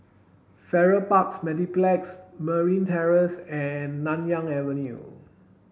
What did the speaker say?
Farrer Park Mediplex Merryn Terrace and Nanyang Avenue